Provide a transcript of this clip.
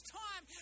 time